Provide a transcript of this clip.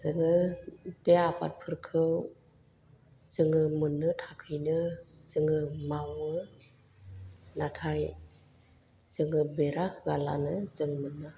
जोङो बे आबादफोरखौ जोङो मोननो थाखायनो जोङो मावो नाथाय जोङो बेरा होआलानो जों मोननो हाया